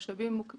הם משאבים מוגבלים,